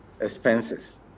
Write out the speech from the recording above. expenses